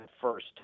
first